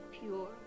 pure